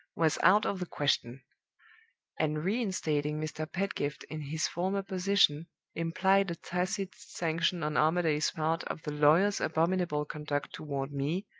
was out of the question and reinstating mr. pedgift in his former position implied a tacit sanction on armadale's part of the lawyer's abominable conduct toward me,